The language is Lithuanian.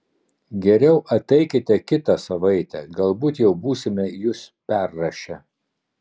geriau ateikite kitą savaitę galbūt jau būsime jus perrašę